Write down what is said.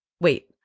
wait